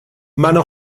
منو